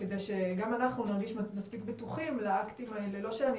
כדי שגם אנחנו נרגיש מספיק בטוחים לאקטים האלה לא שאני